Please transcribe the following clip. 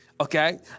Okay